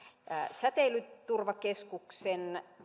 säteilyturvakeskuksen